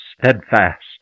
steadfast